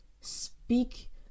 speak